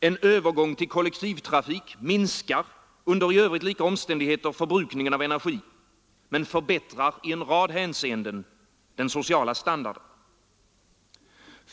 En övergång till kollektivtrafik minskar under i övrigt lika omständigheter förbrukningen av energi men förbättrar i en rad hänseenden den sociala standarden.